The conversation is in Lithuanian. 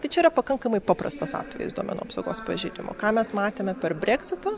tai čia yra pakankamai paprastas atvejis duomenų apsaugos pažeidimo ką mes matėme per breksitą